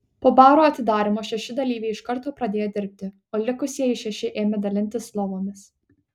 po baro atidarymo šeši dalyviai iš karto pradėjo dirbti o likusieji šeši ėmė dalintis lovomis